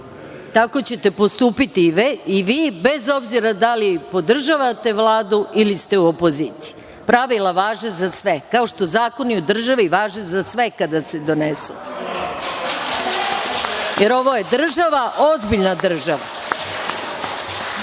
Tako ćete postupiti i vi, bez obzira da li podržavate Vladu ili ste u opoziciji. Pravila važe za sve. Kao što zakoni u državi važe za sve kada se donesu. Ovo je država, ozbiljna država.